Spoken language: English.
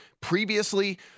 previously